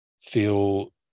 feel